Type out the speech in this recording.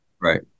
Right